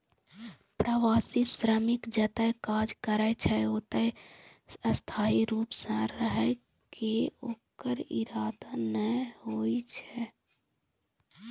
प्रवासी श्रमिक जतय काज करै छै, ओतय स्थायी रूप सं रहै के ओकर इरादा नै होइ छै